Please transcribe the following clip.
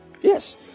Yes